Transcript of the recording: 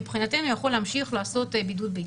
מבחינתנו יכול להמשיך ולעשות בידוד ביתי.